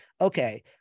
okay